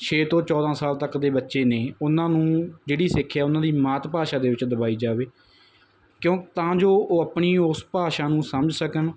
ਛੇ ਤੋਂ ਚੌਦ੍ਹਾਂ ਸਾਲ ਤੱਕ ਦੇ ਬੱਚੇ ਨੇ ਉਹਨਾਂ ਨੂੰ ਜਿਹੜੀ ਸਿੱਖਿਆ ਉਹਨਾਂ ਦੀ ਮਾਤ ਭਾਸ਼ਾ ਦੇ ਵਿੱਚ ਦਵਾਈ ਜਾਵੇ ਕਿਉਂ ਤਾਂ ਜੋ ਉਹ ਆਪਣੀ ਉਸ ਭਾਸ਼ਾ ਨੂੰ ਸਮਝ ਸਕਣ